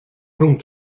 rhwng